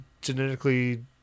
genetically